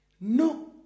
no